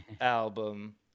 album